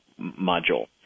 Module